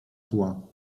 zła